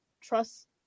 trust